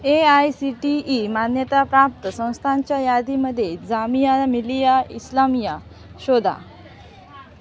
A I C T E मान्यताप्राप्त संस्थांच्या यादीमध्ये जामिया मिलिया इस्लामिया शोधा